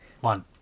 One